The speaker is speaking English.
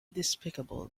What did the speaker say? despicable